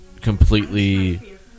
completely